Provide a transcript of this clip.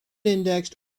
indexed